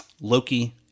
Loki